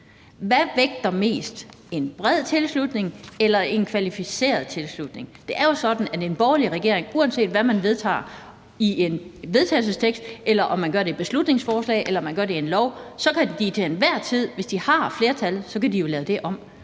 Hvad vægter mest – er det en bred tilslutning eller et kvalificeret flertal? Det er jo sådan, at en borgerlig regering, uanset hvad man vedtager i en vedtagelsestekst, i et beslutningsforslag eller lovforslag, til enhver tid, hvis de har flertallet, kan lave det om,